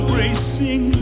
racing